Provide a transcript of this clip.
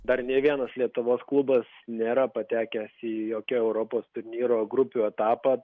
dar nė vienas lietuvos klubas nėra patekęs į jokią europos turnyro grupių etapą